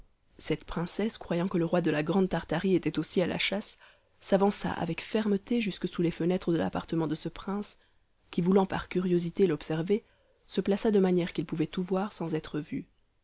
cette princesse croyant que le roi de la grande tartarie était aussi à la chasse s'avança avec fermeté jusque sous les fenêtres de l'appartement de ce prince qui voulant par curiosité l'observer se plaça de manière qu'il pouvait tout voir sans être vu